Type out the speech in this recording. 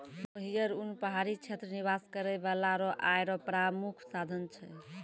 मोहियर उन पहाड़ी क्षेत्र निवास करै बाला रो आय रो प्रामुख साधन छै